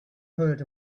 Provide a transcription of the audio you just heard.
heard